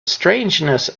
strangeness